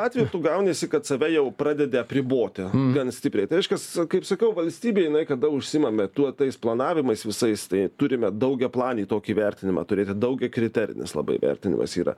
atveju gauniesi kad save jau pradedi apriboti gan stipriai tai reiškias kaip sakiau valstybėje jinai kada užsiimame tuo tais planavimais visais tai turime daugiaplanį tokį vertinimą turėti daugiakriterinis labai vertinimas yra